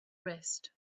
wrist